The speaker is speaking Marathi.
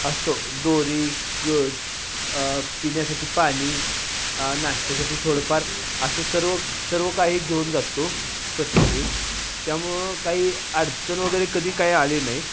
असं दोरी गज पिण्यासाठी पानी नाश्त्यासाठी थोडंफार असं सर्व सर्व काही घेऊन जातो प्रत्येक त्यामुळं काही अडचण वगैरे कधी काय आले नाही